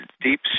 deep